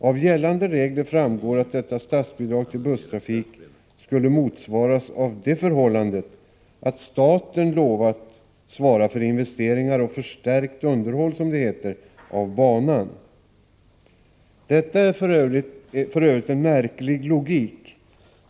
Av gällande regler framgår att detta statsbidrag till busstrafik skulle motsvaras av det förhållandet att staten lovat svara för investeringar och s.k. förstärkt underhåll av banan. Detta är för övrigt en märklig logik.